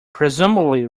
presumably